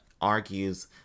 argues